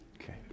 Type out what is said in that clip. Okay